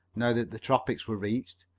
now that the tropics were reached.